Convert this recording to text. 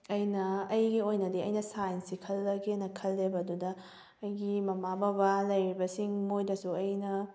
ꯑꯩꯅ ꯑꯩꯒꯤ ꯑꯣꯏꯅꯗꯤ ꯑꯩꯒꯤ ꯁꯥꯏꯟꯁꯁꯦ ꯈꯜꯂꯒꯦꯅ ꯈꯜꯂꯦꯕ ꯑꯗꯨꯗ ꯑꯩꯒꯤ ꯃꯃꯥ ꯕꯕꯥ ꯂꯩꯔꯤꯕꯁꯤꯡ ꯃꯣꯏꯗꯁꯨ ꯑꯩꯅ